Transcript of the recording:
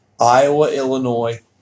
Iowa-Illinois